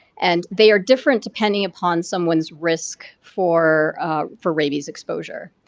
and they're different depending upon someone's risk for for rabies exposure.